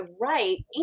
Right